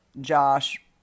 Josh